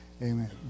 Amen